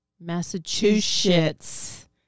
Massachusetts